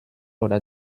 oder